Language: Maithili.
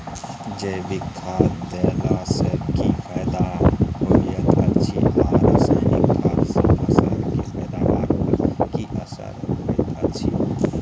जैविक खाद देला सॅ की फायदा होयत अछि आ रसायनिक खाद सॅ फसल के पैदावार पर की असर होयत अछि?